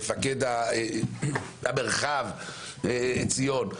מפקד מרחב ציון,